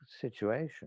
situation